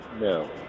no